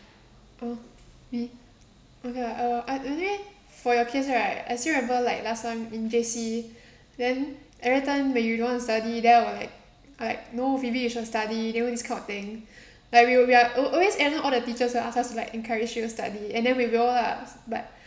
oh me okay lah uh I anyway for your case right I still remember like last time in J_C then every time when you don't want to study then I will like I like no vivi you should study you know this kind of thing like we will we are al~ always end up all the teachers are just like encourage you to study and then we will ah but